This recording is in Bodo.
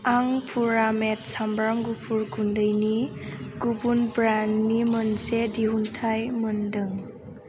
आं पुरामेट सामब्राम गुफुर गुन्दैनि गुबुन ब्रान्डनि मोनसे दिहुनथाइ मोनदों